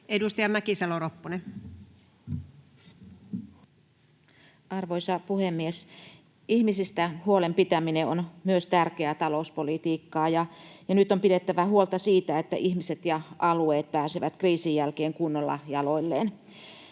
Edustaja Mäkisalo-Ropponen. Arvoisa puhemies! Ihmisistä huolen pitäminen on myös tärkeää talouspolitiikkaa, ja nyt on pidettävä huolta siitä, että ihmiset ja alueet pääsevät kriisin jälkeen kunnolla jaloilleen.